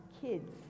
Kids